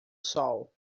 sol